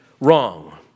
wrong